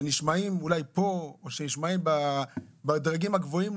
שנשמעות אולי פה או בדרגים הגבוהים,